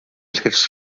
hits